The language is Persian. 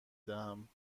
دهم